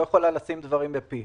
בעיה שלא מצאו שהיא קיימת.